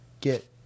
get